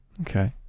Okay